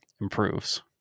improves